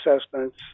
assessments